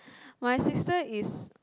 my sister is